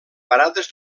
parades